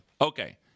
Okay